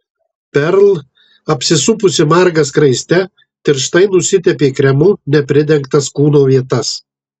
perl apsisupusi marga skraiste tirštai nusitepė kremu nepridengtas kūno vietas